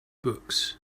books